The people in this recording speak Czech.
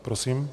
Prosím.